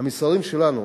המסרים שלנו